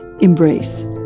embrace